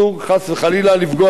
גם ארגונים נוספים,